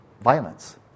violence